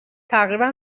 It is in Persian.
تقریبا